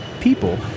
people